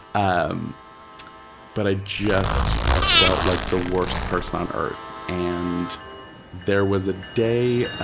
um but i just felt like the worst person on earth, and there was a day,